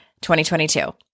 2022